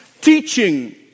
teaching